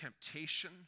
temptation